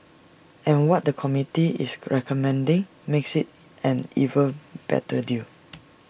and what the committee is recommending makes IT an even better deal